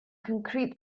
concrete